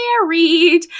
married